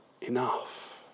enough